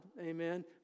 amen